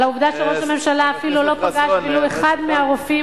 על העובדה שראש הממשלה אפילו לא פגש ולו אחד מהרופאים